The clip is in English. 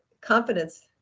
confidence